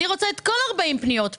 אני רוצה את כל 40 הפניות פה.